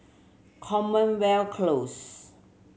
Commonwealth Close